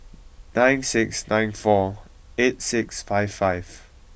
nine six nine four eight six five five